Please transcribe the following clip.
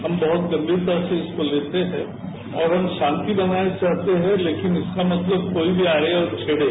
हम बहुत गंभीरता से इसको लेते है और हम शांति बनाये रखना चाहते हैं लेकिन इसका मतलब कोई भी आए और छेड़े